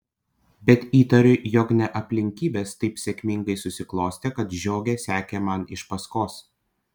bet įtariu jog ne aplinkybės taip sėkmingai susiklostė kad žiogė sekė man iš paskos